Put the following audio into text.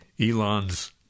Elon's